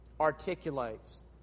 articulates